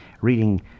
Reading